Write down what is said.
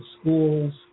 schools